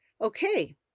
Okay